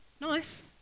nice